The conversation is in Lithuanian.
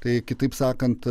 tai kitaip sakant